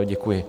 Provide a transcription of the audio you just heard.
Děkuji.